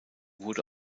wurde